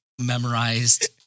memorized